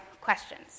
questions